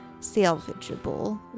salvageable